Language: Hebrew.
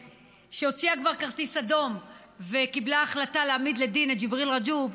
שהוציאה כבר כרטיס אדום וקיבלה החלטה להעמיד לדין את ג'יבריל רג'וב,